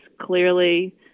clearly